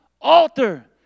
altar